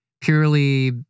purely